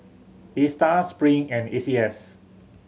Astar Spring and A C S